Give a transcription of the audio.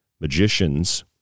magicians